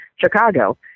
Chicago